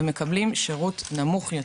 והם מקבלים שירות פחות טוב.